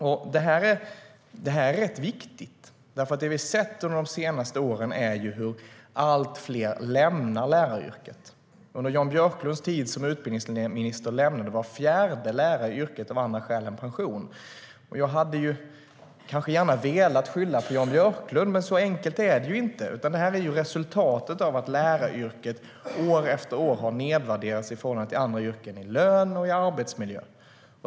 Jag hade kanske gärna velat skylla på Jan Björklund men så enkelt är det inte, utan detta är resultatet av att läraryrket år efter år har nedvärderats i förhållande till andra yrken när det gäller lön och arbetsmiljö.